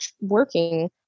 working